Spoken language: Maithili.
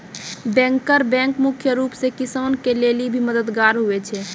बैंकर बैंक मुख्य रूप से किसान के लेली भी मददगार हुवै छै